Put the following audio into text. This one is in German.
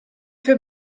für